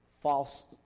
false